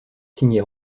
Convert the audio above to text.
signée